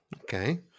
okay